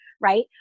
right